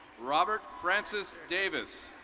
robert francis davis.